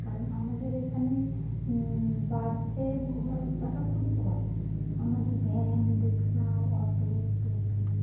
কারণ আমাদের এখানে বাসের ব্যবস্থাটা খুবই কম আমাদের ভ্যান রিক্সা অটো টোটো